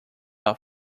are